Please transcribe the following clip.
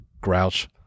grouch